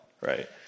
right